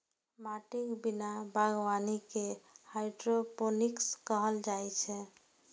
माटिक बिना बागवानी कें हाइड्रोपोनिक्स कहल जाइ छै